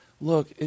Look